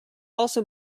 also